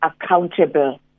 accountable